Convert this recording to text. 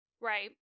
Right